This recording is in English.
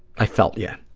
i felt, yeah,